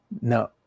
No